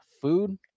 food